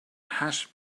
hash